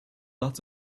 lots